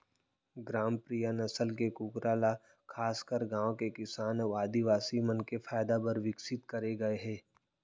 ग्रामप्रिया नसल के कूकरा ल खासकर गांव के किसान अउ आदिवासी मन के फायदा बर विकसित करे गए हे